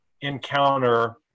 encounter